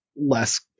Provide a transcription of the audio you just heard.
less